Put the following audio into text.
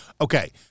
Okay